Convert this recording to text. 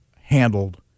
handled